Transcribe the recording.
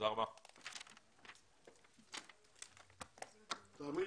<< סיום >> הישיבה ננעלה בשעה 12:40. <<